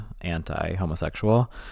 anti-homosexual